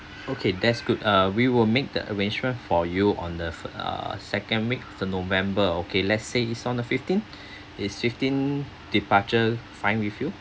okay that's good uh we will make the arrangement for you on the fi~ err second week of the november okay let's say is on the fifteen is fifteen departure fine with you